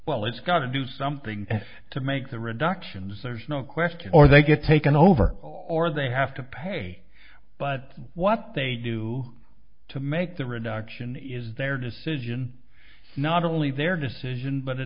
well it's got to do something to make the reductions there's no question or they get taken over or they have to pay but what they do to make the reduction is their decision not only their decision but a